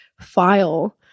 file